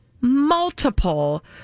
multiple